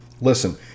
Listen